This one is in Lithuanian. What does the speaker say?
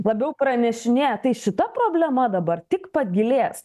labiau pranešinėja tai šita problema dabar tik pagilės